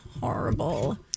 horrible